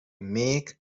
make